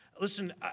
Listen